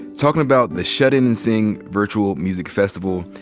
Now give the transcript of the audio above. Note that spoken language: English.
talkin' about the shut-in and sing virtual music festival.